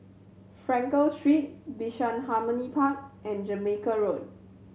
Frankel Street Bishan Harmony Park and Jamaica Road